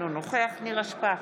אינו נוכח נירה שפק,